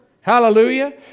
hallelujah